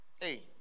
Hey